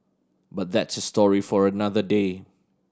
but that's a story for another day